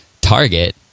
target